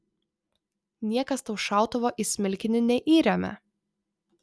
niekas tau šautuvo į smilkinį neįremia